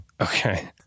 Okay